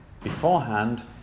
beforehand